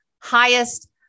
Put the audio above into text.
highest